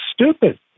stupid